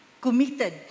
committed